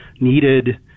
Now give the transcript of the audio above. needed